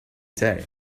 day